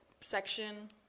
section